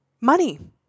money